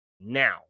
now